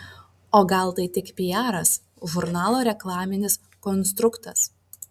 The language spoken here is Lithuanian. o gal tai tik piaras žurnalo reklaminis konstruktas